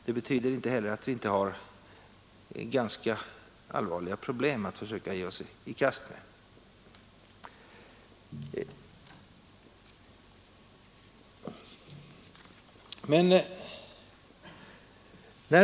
Det betyder inte heller att vi inte har ganska allvarliga problem att försöka ge oss i kast med.